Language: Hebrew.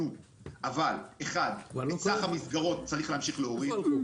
אבל המסגרות הן ללא ריבית.